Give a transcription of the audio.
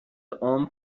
عام